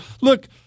Look